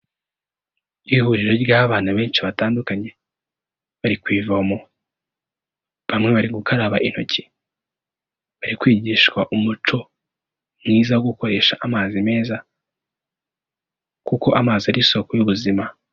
Ihuriro ry'abana benshi batandukanye, bari ku ivomo, bamwe bari gukaraba intoki, bari kwigishwa umuco, mwiza wo gukoresha amazi meza, kuko amazi ari isoko y'ubuzima.